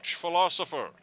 philosopher